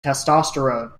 testosterone